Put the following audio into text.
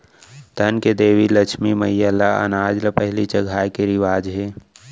धन के देवी लक्छमी मईला ल अनाज ल पहिली चघाए के रिवाज हे